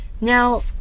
Now